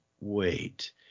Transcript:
wait